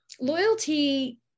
loyalty